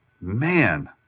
man